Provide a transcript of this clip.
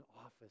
office